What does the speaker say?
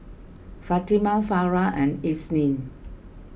Fatimah Farah and Isnin